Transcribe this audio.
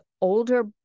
older